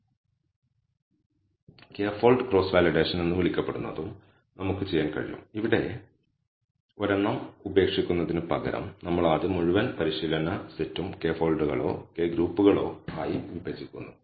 k fold cross validation എന്ന് വിളിക്കപ്പെടുന്നതും നമുക്ക് ചെയ്യാൻ കഴിയും ഇവിടെ ഒരെണ്ണം ഉപേക്ഷിക്കുന്നതിനുപകരം നമ്മൾ ആദ്യം മുഴുവൻ പരിശീലന സെറ്റും k ഫോൾഡുകളോ K ഗ്രൂപ്പുകളോ ആയി വിഭജിക്കുന്നു